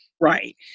right